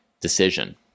decision